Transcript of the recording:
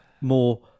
more